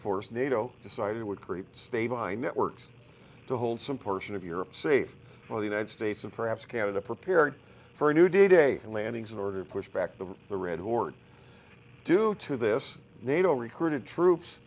force nato decided it would stay by networks to hold some portion of europe safe for the united states and perhaps canada prepared for a new day date and landings in order to push back the the red horde due to this nato recruited troops